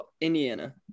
Indiana